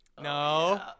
No